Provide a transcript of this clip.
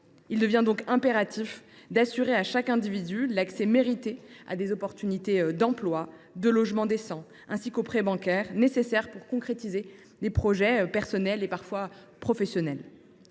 Il devient donc impératif d’assurer à chaque individu l’accès mérité à des opportunités d’emploi, à un logement décent, ainsi qu’aux prêts bancaires nécessaires pour concrétiser ses projets personnels ou professionnels.